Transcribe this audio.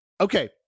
Okay